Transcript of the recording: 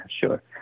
sure